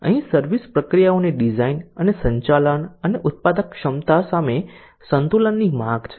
અહી સર્વિસ પ્રક્રિયાઓની ડિઝાઇન અને સંચાલન અને ઉત્પાદક ક્ષમતા સામે સંતુલનની માંગ છે